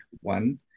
one